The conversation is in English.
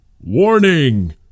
Warning